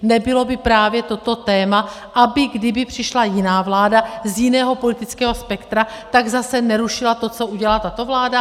Nebylo by právě toto téma, aby kdyby přišla jiná vláda, z jiného politického spektra, zase nerušila to, co udělala tato vláda?